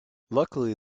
luckily